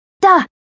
Da